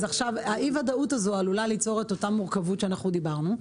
אי הוודאות הזו עלולה ליצור את אותה מורכבות שדיברנו עליה.